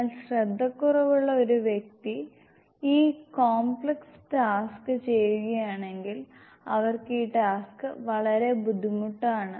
എന്നാൽ ശ്രദ്ധക്കുറവുള്ള ഒരു വ്യക്തി ഈ കോംപ്ലക്സ് ടാസ്ക് ചെയ്യുകയാണെങ്കിൽ അവർക്ക് ഈ ടാസ്ക് വളരെ ബുദ്ധിമുട്ടാണ്